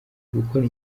gukora